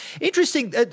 interesting